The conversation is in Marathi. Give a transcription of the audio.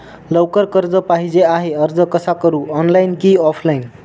लवकर कर्ज पाहिजे आहे अर्ज कसा करु ऑनलाइन कि ऑफलाइन?